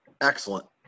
excellent